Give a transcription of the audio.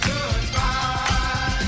Goodbye